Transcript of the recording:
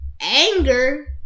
Anger